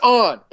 on